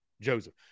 Joseph